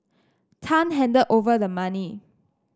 Tan handed over the money